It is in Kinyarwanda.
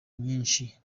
nyinshi